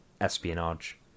espionage